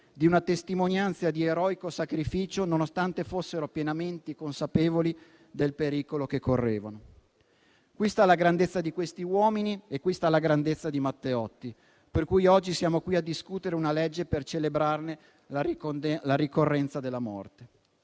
di una testimonianza di eroico sacrificio, nonostante fossero pienamente consapevoli del pericolo che correvano. Qui sta la grandezza di questi uomini e qui sta la grandezza di Matteotti, per cui oggi siamo qui a discutere una legge per celebrarne la ricorrenza della morte.